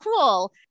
cool